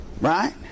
Right